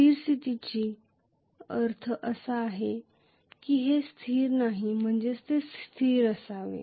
स्थिर स्थितीचा अर्थ असा नाही की हे स्थिर नाही म्हणजे ते स्थिर असावे